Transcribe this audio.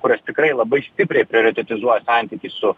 kurios tikrai labai stipriai prioritetizuoja santykį su